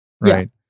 right